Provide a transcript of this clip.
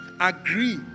agree